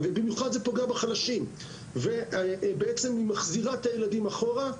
וזה פוגע במיוחד בחלשים וזה מחזיר את הילדים אחורה,